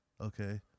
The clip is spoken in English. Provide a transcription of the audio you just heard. Okay